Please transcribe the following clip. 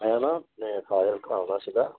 ਮੈਂ ਨਾ ਮੈਂ ਫਾਜ਼ਿਲਕਾ ਆਉਣਾ ਸੀਗਾ